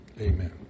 Amen